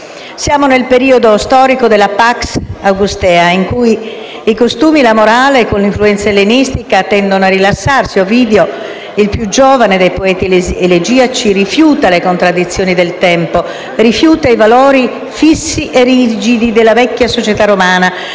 Siamo nel periodo storico della *pax augustea*, in cui i costumi e la morale, con l'influenza ellenistica, tendono a rilassarsi. Ovidio, il più giovane dei poeti elegiaci, rifiuta le contraddizioni del tempo, rifiuta i valori fissi e rigidi della vecchia società romana,